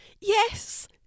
yes